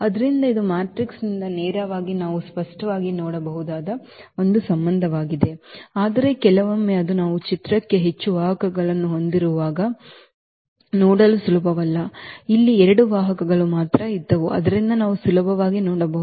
ಆದ್ದರಿಂದ ಇದು ಮ್ಯಾಟ್ರಿಕ್ಸ್ನಿಂದ ನೇರವಾಗಿ ನಾವು ಸ್ಪಷ್ಟವಾಗಿ ನೋಡಬಹುದಾದ ಒಂದು ಸಂಬಂಧವಾಗಿದೆ ಆದರೆ ಕೆಲವೊಮ್ಮೆ ಅದು ನಾವು ಚಿತ್ರಕ್ಕೆ ಹೆಚ್ಚು ವಾಹಕಗಳನ್ನು ಹೊಂದಿರುವಾಗ ನೋಡಲು ಸುಲಭವಲ್ಲ ಇಲ್ಲಿ ಎರಡು ವಾಹಕಗಳು ಮಾತ್ರ ಇದ್ದವು ಆದ್ದರಿಂದ ನಾವು ಸುಲಭವಾಗಿ ನೋಡಬಹುದು